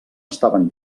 estaven